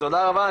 תודה רבה.